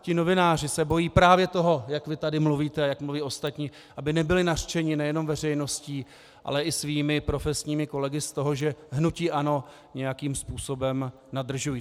Ti novináři se bojí právě toho, jak vy tady mluvíte a jak mluví ostatní, aby nebyli nařčeni nejenom veřejností, ale i svými profesními kolegy z toho, že hnutí ANO nějakým způsobem nadržují.